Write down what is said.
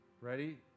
Ready